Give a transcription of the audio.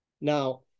Now